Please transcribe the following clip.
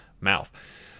mouth